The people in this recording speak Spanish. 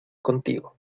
contigo